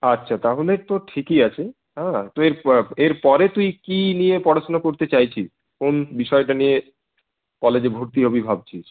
আচ্ছা তা হলে তো ঠিকই আছে হ্যাঁ তো এর পরে তুই কি নিয়ে পড়াশোনা করতে চাইছিস কোন বিষয়টা নিয়ে কলেজে ভর্তি হবি ভাবছিস